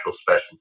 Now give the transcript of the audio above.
specialty